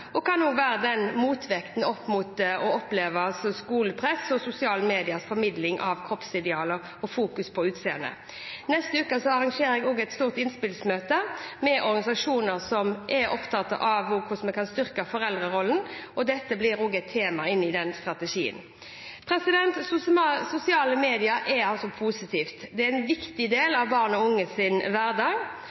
og kan være en motvekt mot opplevd skolepress og sosiale mediers formidling av kroppsidealer og fokus på utseende. Neste uke arrangerer jeg et stort innspillsmøte med organisasjoner som er opptatt av hvordan vi kan styrke foreldrerollen. Dette blir også et tema i strategien. Sosiale medier er positivt og en viktig del av barn og unges hverdag.